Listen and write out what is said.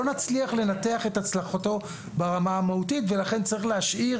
לא נצליח לנתח את הצלחתו ברמה המהותית ולכן צריך להשאיר